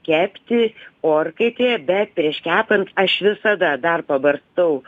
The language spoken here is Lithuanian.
kepti orkaitėje bet prieš kepant aš visada dar pabarstau